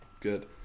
Good